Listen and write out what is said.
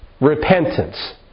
repentance